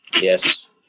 Yes